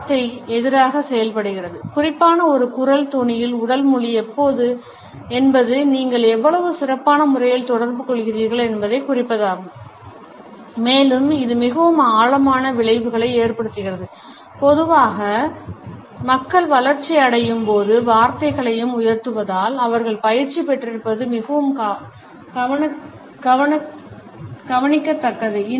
வார்த்தை எதிராக செயல்படுகிறது குறிப்பான ஒரு குரல் தொனியில் உடல் மொழி என்பது நீங்கள் எவ்வளவு சிறப்பான முறையில் தொடர்புகொள்கிறீர்கள் என்பதைக் குறிப்பதாகும் மேலும் இது மிகவும் ஆழமான விளைவுகளை ஏற்படுத்துகிறது பொதுவாக மக்கள் வளர்ச்சி அடையும் போது வார்த்தைகளையும் உயர்த்துவதால் அவர்கள் பயிற்சி பெற்றிருப்பது மிகவும் கவனிக்கத்தக்கது